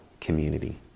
community